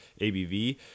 abv